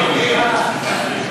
לא נתקבלה.